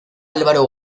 álvaro